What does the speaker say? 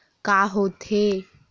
का होथे?